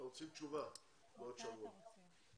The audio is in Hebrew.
אנחנו רוצים תשובה בעוד שבוע.